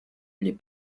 les